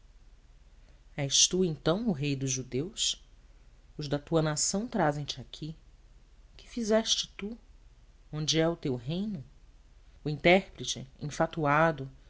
és tu então o rei dos judeus os da tua nação trazem te aqui que fizeste tu onde é o teu reino o intérprete enfatuado